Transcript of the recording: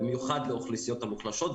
במיוחד לאוכלוסיות המוחלשות,